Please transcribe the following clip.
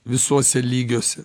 visuose lygiuose